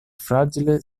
fragile